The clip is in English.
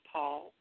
Paul